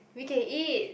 we can eat